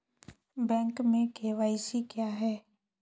Bank में KYC क्या है?